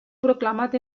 proclamat